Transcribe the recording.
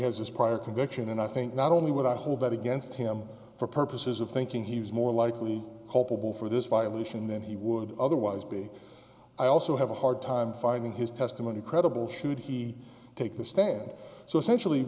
has this prior conviction and i think not only would i hold that against him for purposes of thinking he was more likely culpable for this violation than he would otherwise be i also have a hard time finding his testimony credible should he take the stand so essentially